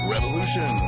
Revolution